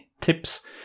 tips